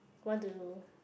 want to